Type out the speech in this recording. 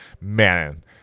Man